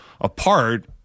apart